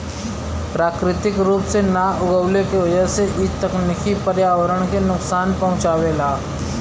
प्राकृतिक रूप से ना उगवले के वजह से इ तकनीकी पर्यावरण के नुकसान पहुँचावेला